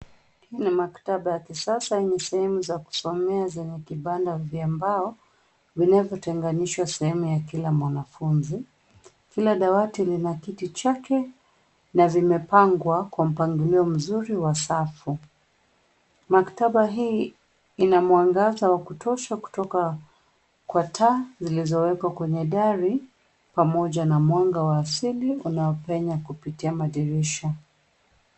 Huu ni maktaba ya kisasa yenye sehemu za kusomea zenye kibanda vya mbao, vinavyotenganishwa sehemu ya kila mwanafunzi. Kila dawati lina kiti chake na vimepangwa kwa mpangilio mzuri wa safu. Maktaba hii ina mwangaza wa kutosha kutoka kwa taa zilizowekwa kwenye dari, pamoja na mwanga wa asili unaopenya kupitia madirisha.